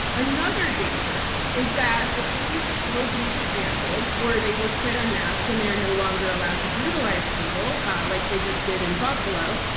another danger is that the police will be dismantled, or they will quit en masse when they are no longer allowed to brutalize people like they just did in buffalo,